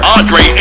Andre